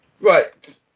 Right